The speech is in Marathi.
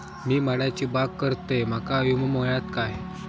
मी माडाची बाग करतंय माका विमो मिळात काय?